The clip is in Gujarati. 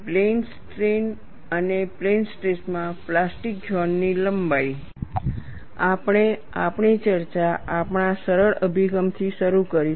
પ્લેન સ્ટ્રેન અને પ્લેન સ્ટ્રેસમાં પ્લાસ્ટિક ઝોન ની લંબાઈ આપણે આપણી ચર્ચા આપણા સરળ અભિગમથી શરૂ કરીશું